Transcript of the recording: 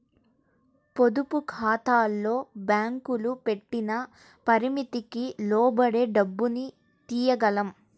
పొదుపుఖాతాల్లో బ్యేంకులు పెట్టిన పరిమితికి లోబడే డబ్బుని తియ్యగలం